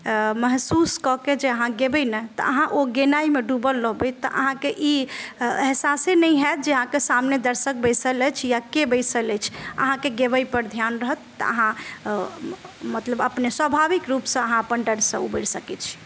महसूस कऽ के जे अहाँ गेबय ने तऽ अहाँ ओ गओनाइमे डूबल रहबै तऽ अहाँकेँ ई एहसासे नहि होयत जे अहाँके सामने दर्शक बैसल अछि या के बैसल अछि अहाँकेँ गाबयपर ध्यान रहत तऽ अहाँ मतलब अपने स्वभाविक रूपसँ अहाँ अपन डरसँ उबरि सकैत छी